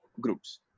groups